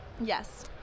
yes